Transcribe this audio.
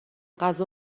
غذا